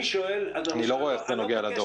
אני לא רואה איך זה נוגע לדוח.